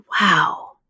wow